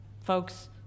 folks